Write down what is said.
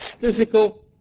physical